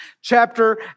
chapter